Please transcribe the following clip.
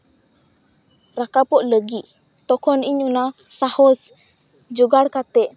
ᱨᱟᱠᱟᱯᱚᱜ ᱞᱟᱹᱜᱤᱜ ᱛᱚᱠᱷᱚᱱ ᱤᱧ ᱚᱱᱟ ᱥᱟᱸᱦᱚᱥ ᱡᱚᱜᱟᱲ ᱠᱟᱛᱮ